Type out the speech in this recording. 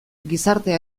gizartea